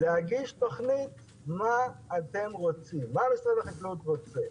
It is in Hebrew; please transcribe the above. להגיש תוכנית מה משרד החקלאות רוצה,